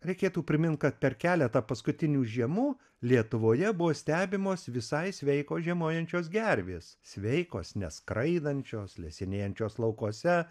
reikėtų priminti kad per keletą paskutinių žiemų lietuvoje buvo stebimos visai sveikos žiemojančios gervės sveikos ne skraidančios lesinėjančios laukuose